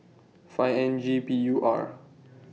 five N G P U R